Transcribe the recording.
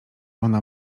ona